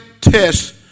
tests